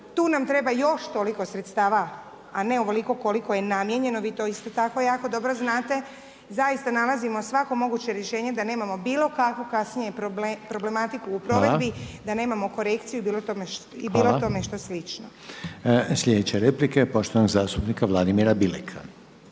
tu nam treba još toliko sredstava, a ne ovoliko koliko je namijenjene, vi to isto tako jako dobro znate, zaista, nalazimo svako moguće rješenje da nemamo bilo kakvu kasnije problematiku u provedbi, da nemamo korekciju i bilo tome što slično. **Reiner, Željko (HDZ)** Hvala, sljedeća replika je poštovanog zastupnika Vladimira Bileka.